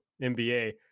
NBA